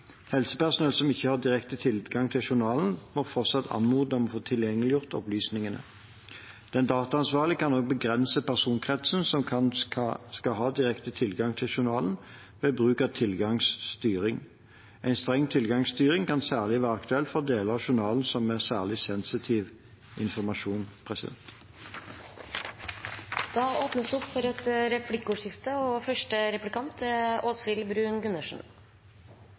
Helsepersonell som ikke har direkte tilgang til journalen, må fortsatt anmode om å få tilgjengeliggjort opplysningene. Den dataansvarlige kan også begrense personkretsen som skal ha direkte tilgang til journalen, ved bruk av tilgangsstyring. En streng tilgangsstyring kan særlig være aktuelt for deler av journalen med særlig sensitiv informasjon.